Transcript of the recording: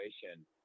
situation